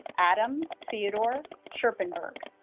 adam theodore scherpenberg